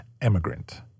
emigrant